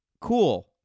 Cool